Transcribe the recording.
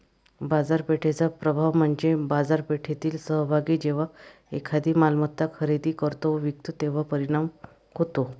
बाजारपेठेचा प्रभाव म्हणजे बाजारपेठेतील सहभागी जेव्हा एखादी मालमत्ता खरेदी करतो व विकतो तेव्हा परिणाम होतो